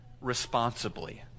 responsibly